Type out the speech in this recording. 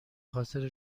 خاطر